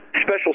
special